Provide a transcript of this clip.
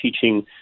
teaching